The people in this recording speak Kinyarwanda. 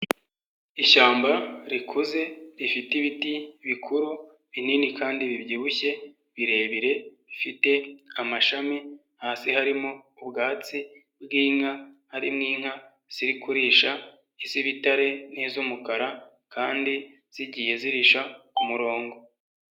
Ishyamba rikuze rifite ibiti bikuru binini kandi bibyibushye birebire bifite amashami hasi harimo ubwatsi bw'inka harimo inka ziri kurisha iz'ibitare n'iz'umukara kandi zigiye zirisha ku murongo.